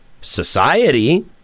society